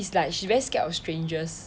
is like she very scared of strangers